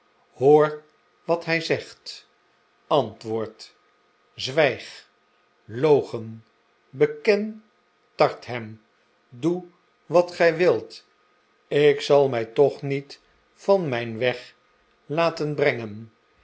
hoor wat hij zegt antwoord zwijg loochen beken tart hem doe wat gij wilt ik zal mij toch niet van mijn weg af laten brengen